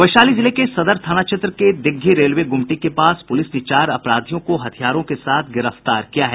वैशाली जिले के सदर थाना क्षेत्र के दिग्घी रेलवे गुमटी के पास पूलिस ने चार अपराधियों को हथियारों के साथ गिरफ्तार किया है